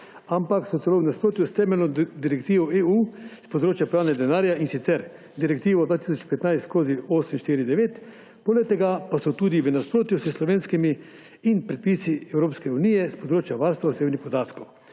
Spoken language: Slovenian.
ampak so celo v nasprotju s temeljno direktivo EU s področja pranja denarja, in sicer Direktivo EU 2015/849. Poleg tega pa so tudi v nasprotju s slovenskimi in predpisi Evropske unije s področja varstva osebnih podatkov